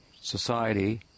society